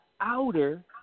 outer